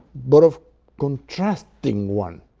but of contrasting one,